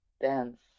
dance